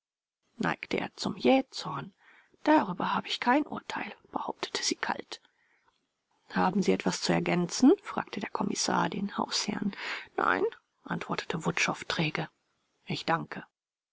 neigte er zum jähzorn darüber habe ich kein urteil behauptete sie kalt haben sie etwas zu ergänzen fragte der kommissar den hausherrn nein antwortete wutschow träge ich danke